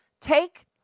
take